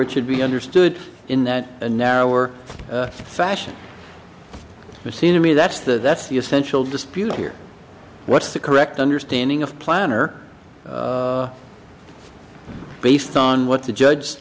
it should be understood in that in our fashion you seem to me that's the that's the essential dispute here what's the correct understanding of planner based on what the judge